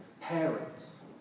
parents